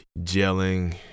gelling